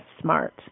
smart